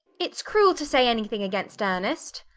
it's cruel to say anything against ernest.